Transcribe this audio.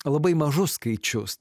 labai mažus skaičius